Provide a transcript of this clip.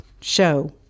show